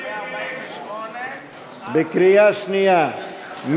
בקריאה שנייה,